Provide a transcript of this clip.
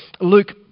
Luke